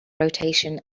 rotation